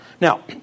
Now